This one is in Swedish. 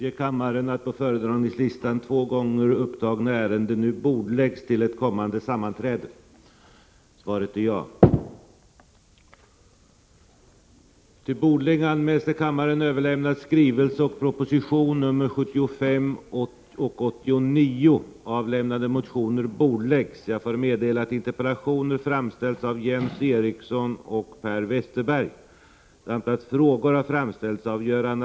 Enligt uppgifter i bl.a. olika Hälsingetidningar och lokala radiosändningar under senare tid skall regeringen nu ha ställt i utsikt att riva upp riktlinjerna för fysiska riksplaneringen för att möjliggöra en utbyggnad av Edänge i Mellanljusnan.